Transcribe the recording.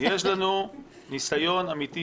יש לנו ניסיון אמיתי.